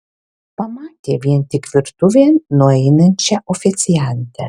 pamatė vien tik virtuvėn nueinančią oficiantę